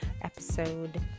episode